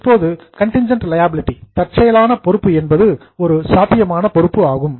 இப்போது contingent liability தற்செயலான பொறுப்பு என்பது ஒரு சாத்தியமான பொறுப்பு ஆகும்